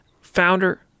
founder